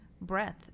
breath